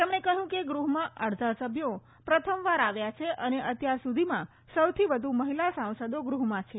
તેમણે કહ્યું કે ગૃહમાં અડધા સભ્યો પ્રથમવાર આવ્યા છે તથા અત્યાર સુધીમાં સોથી વધુ મહિલા સાંસદો ગૃહમાં છે